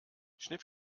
schnipp